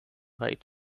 right